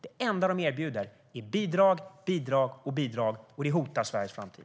Det enda man erbjuder är bidrag, bidrag och bidrag, och det hotar Sveriges framtid.